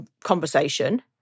conversation